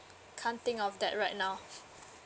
can't think of that right now